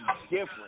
different